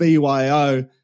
BYO